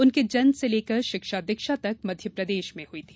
उनके जन्म से लेकर शिक्षा दीक्षा तक मध्यप्रदेश में हुई है